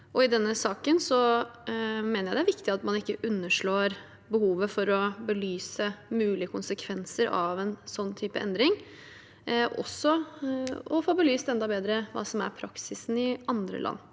I denne saken mener jeg det er viktig at man ikke underslår behovet for å belyse mulige konsekvenser av en sånn type endring, og også å få belyst enda bedre hva som er praksisen i andre land.